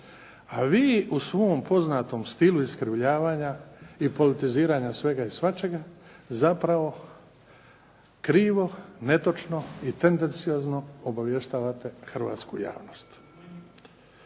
A vi u svom poznatom stilu iskrivljavanja i politiziranja svega i svačega zapravo krivo, netočno i tendenciozno obavještavate hrvatsku javnost.